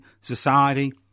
society